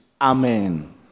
Amen